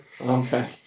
Okay